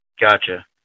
Gotcha